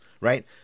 right